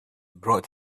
brought